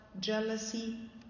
jealousy